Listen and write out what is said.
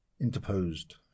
Interposed